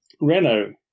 Renault